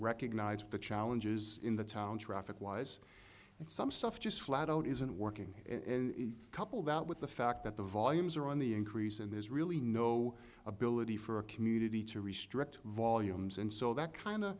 recognize the challenges in the town traffic wise and some stuff just flat out isn't working in a couple that with the fact that the volumes are on the increase and there's really no ability for a community to restrict volumes and so that kind of